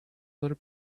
other